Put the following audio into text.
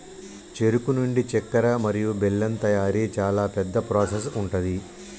చెరుకు నుండి చెక్కర మరియు బెల్లం తయారీ చాలా పెద్ద ప్రాసెస్ ఉంటది